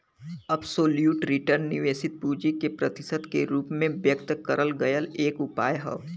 absolute return निवेशित पूंजी के प्रतिशत के रूप में व्यक्त करल गयल एक उपाय हौ